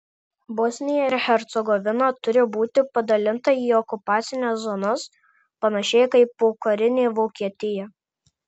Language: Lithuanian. bosnija ir hercegovina turi būti padalinta į okupacines zonas panašiai kaip pokarinė vokietija